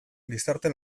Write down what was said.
gizarte